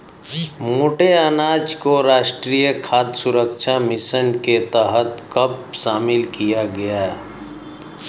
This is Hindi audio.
मोटे अनाज को राष्ट्रीय खाद्य सुरक्षा मिशन के तहत कब शामिल किया गया?